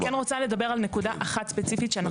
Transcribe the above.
אני כן רוצה לדבר על נקודה אחת ספציפית שאנחנו רואים,